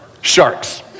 Sharks